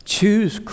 Choose